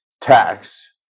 tax